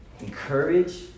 encourage